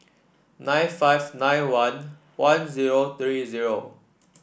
nine five nine one one zero three zero